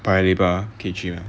paya lebar 可以去